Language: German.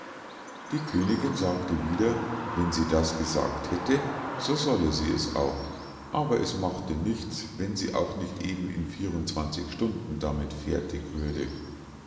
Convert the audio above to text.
die königinn sagte wieder wenn sie das gesagt hätte so solle sie es auch aber es machte nichts wenn sie auch nicht eben in vier und zwanzig stunden damit fertig würde